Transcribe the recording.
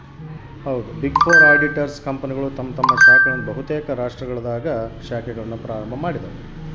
big four auditors ಕಂಪನಿಗಳು ತಮ್ಮ ತಮ್ಮ ಶಾಖೆಗಳನ್ನು ಬಹುತೇಕ ರಾಷ್ಟ್ರಗುಳಾಗ ಹೊಂದಿವ